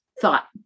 thought